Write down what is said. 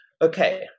Okay